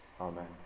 Amen